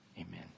amen